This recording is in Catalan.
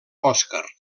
oscar